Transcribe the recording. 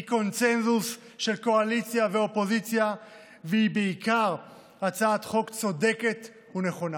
היא קונסנזוס של קואליציה ואופוזיציה והיא בעיקר הצעת חוק צודקת ונכונה.